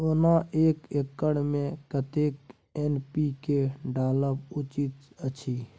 ओना एक एकर मे कतेक एन.पी.के डालब उचित अछि?